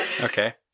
Okay